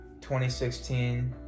2016